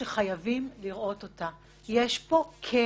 ואני מקווה שיהיו דיונים שבהם לא אצטרך לדבר בקיצור